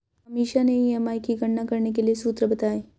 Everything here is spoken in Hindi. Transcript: अमीषा ने ई.एम.आई की गणना करने के लिए सूत्र बताए